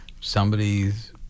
somebody's